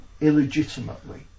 illegitimately